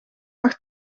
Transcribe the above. acht